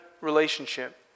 relationship